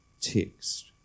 text